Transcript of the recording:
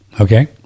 okay